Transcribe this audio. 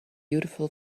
beautiful